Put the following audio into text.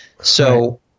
So-